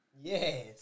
Yes